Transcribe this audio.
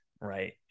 right